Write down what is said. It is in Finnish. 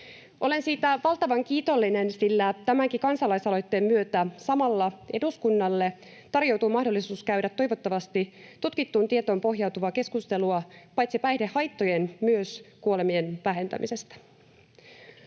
Olen siitä valtavan kiitollinen, sillä tämänkin kansalaisaloitteen myötä samalla eduskunnalle tarjoutuu mahdollisuus käydä toivottavasti tutkittuun tietoon pohjautuvaa keskustelua paitsi päihdehaittojen myös kuolemien vähentämisestä.